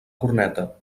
corneta